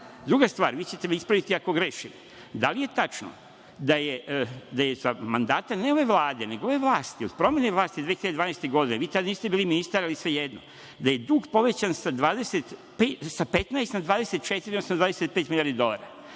manji. Druga stvar, vi ćete me ispraviti ako grešim, da li je tačno da je za mandata ne ove Vlade nego ove vlasti, od promene vlasti 2012. godine, vi tada niste bili ministar, ali svejedno, da je dug povećan sa 15 na 25 milijardi dolara.